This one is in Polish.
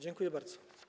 Dziękuję bardzo.